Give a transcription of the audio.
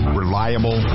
reliable